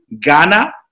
Ghana